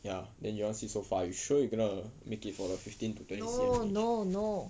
no no no